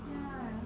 ya